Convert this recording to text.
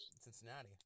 Cincinnati